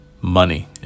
money